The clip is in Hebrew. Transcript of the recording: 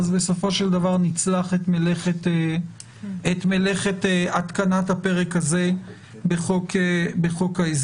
אז בסופו של דבר נצלח את מלאכת התקנת הפרק הזה בחוק ההסדרים.